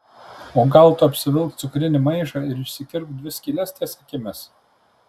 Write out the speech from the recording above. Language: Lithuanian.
o gal tu apsivilk cukrinį maišą ir išsikirpk dvi skyles ties akimis